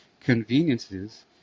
conveniences